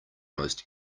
most